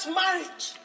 marriage